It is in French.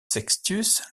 sextius